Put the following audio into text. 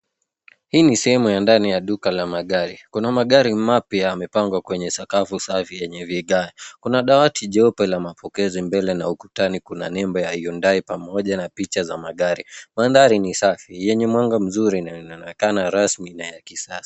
Hii ni sehemu ya ndani ya maduka ka magari kuna magari mapya yamepangwa kwenye sakafu safi yenye vigae. Kuna madawati nyeupe ya mapokezi na mbele ya ukutani kuna nembo ya Hyundai na picha magari. Mandhari ni safi yenye mwanga mzuri na inaonekana rasmi na ya kisasa.